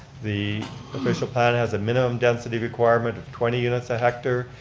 the official plan has a minimum density requirement of twenty units a hectare,